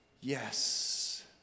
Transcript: yes